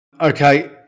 Okay